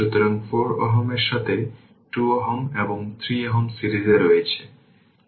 সুতরাং t 0 এর জন্য u t 0 এবং t 0 এর জন্য u t 1